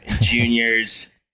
juniors